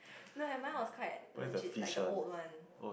no had mine was quite legit like the oat one